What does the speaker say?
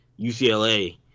UCLA